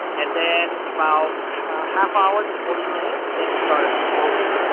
and then about a half ah hour to forty minutes things started floating.